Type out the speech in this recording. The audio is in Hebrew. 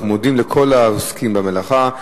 אנחנו מודים לכל העוסקים במלאכה.